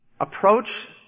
Approach